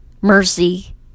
Mercy